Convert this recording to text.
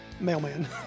Mailman